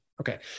Okay